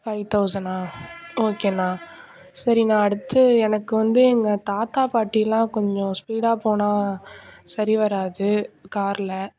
five தௌசணா ஓகேண்ணா சரிண்ணா அடுத்து எனக்கு வந்து எங்கள் தாத்தா பாட்டிலாம் கொஞ்சம் ஸ்பீடாக போனால் சரி வராது காரில்